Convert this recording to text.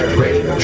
radio